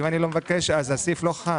ואם אני לא מבקש, אז הסעיף לא חל.